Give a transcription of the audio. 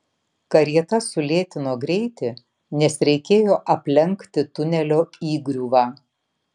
karieta sulėtino greitį nes reikėjo aplenkti tunelio įgriuvą